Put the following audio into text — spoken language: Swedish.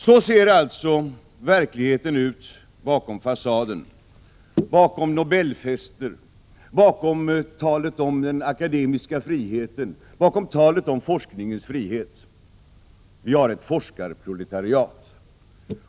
Så ser alltså verkligheten ut bakom fasaden, bakom Nobelfester, bakom talet om den akademiska friheten, bakom talet om forskningens frihet. Vi har ett forskarproletariat.